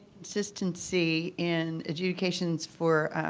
consistency in adjudications for